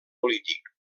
polític